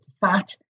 fat